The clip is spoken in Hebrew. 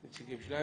את הנציגים שלהם,